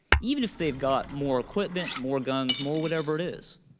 even if they've got more equipment, more guns, more whatever it is,